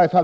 skatterna.